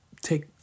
take